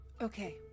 Okay